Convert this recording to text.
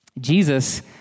Jesus